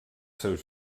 seus